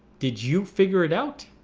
did you figure it out?